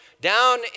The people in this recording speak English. down